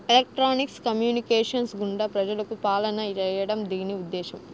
electronics communications గుండా ప్రజలకు పాలన చేయడం దీని ఉద్దేశం